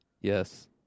Yes